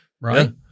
Right